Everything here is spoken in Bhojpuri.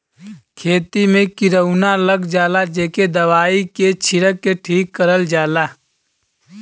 खेती में किरौना लग जाला जेके दवाई के छिरक के ठीक करल जाला